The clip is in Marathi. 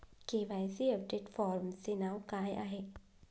के.वाय.सी अपडेट फॉर्मचे नाव काय आहे?